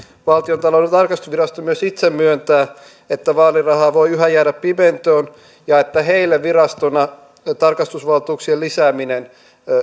valtiontalouden tarkastusvirasto myös itse myöntää että vaalirahaa voi yhä jäädä pimentoon ja että heille virastona tarkastusvaltuuksien lisääminen